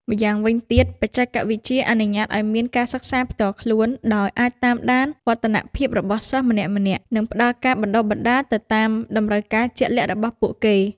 ម្យ៉ាងវិញទៀត បច្ចេកវិទ្យាអនុញ្ញាតឱ្យមាន ការសិក្សាផ្ទាល់ខ្លួន ដោយអាចតាមដានវឌ្ឍនភាពរបស់សិស្សម្នាក់ៗ និងផ្តល់ការបណ្តុះបណ្តាលទៅតាមតម្រូវការជាក់លាក់របស់ពួកគេ។